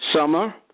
summer